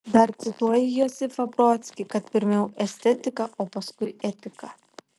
dar cituoji josifą brodskį kad pirmiau estetika o paskui etika